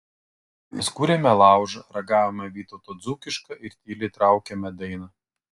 mes kūrėme laužą ragavome vytauto dzūkišką ir tyliai traukėme dainą